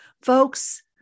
Folks